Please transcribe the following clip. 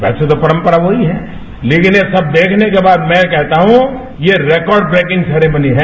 वैसे तो परम्परा वही है लेकिन ये सब देखने के बाद मैं कहता हूं ये रिकॉर्ड ब्रेकिंग सेरेमनी है